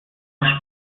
noch